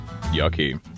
yucky